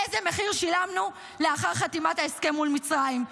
איזה מחיר שילמנו לאחר חתימת ההסכם מול מצרים?